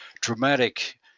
dramatic